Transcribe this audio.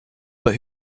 but